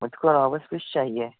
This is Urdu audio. مجھ کو راوس فِش چاہیے